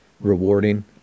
rewarding